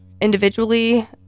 individually